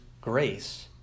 grace